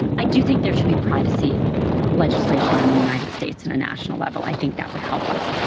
i do think there should be privacy legislation in the united states on a national level. i think that would help us.